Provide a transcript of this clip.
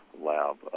lab